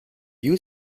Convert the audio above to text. you